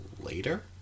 later